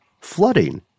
flooding